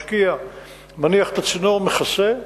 מניח את הצינור ומכסה.